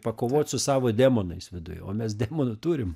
pakovot su savo demonais viduj o mes demonų turim